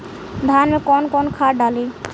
धान में कौन कौनखाद डाली?